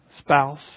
spouse